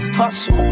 hustle